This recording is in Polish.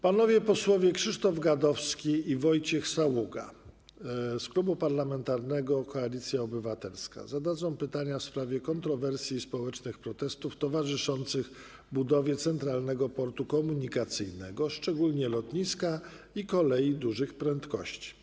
Panowie posłowie Krzysztof Gadowski i Wojciech Saługa z Klubu Parlamentarnego Koalicja Obywatelska zadadzą pytania w sprawie kontrowersji i społecznych protestów towarzyszących budowie Centralnego Portu Komunikacyjnego, szczególnie lotniska i kolei dużych prędkości.